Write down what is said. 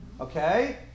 okay